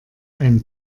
ein